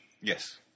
Yes